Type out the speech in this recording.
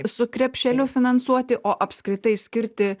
su krepšeliu finansuoti o apskritai skirti